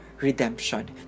redemption